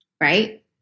right